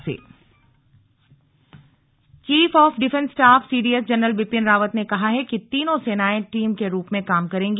CDS chief of defence staff C D S general Bipin Rawat ने कहा है कि तीनों सेनाएं टीम के रूप में काम करेंगी